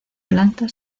planta